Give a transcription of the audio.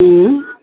हूं